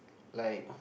like